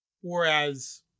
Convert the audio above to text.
Whereas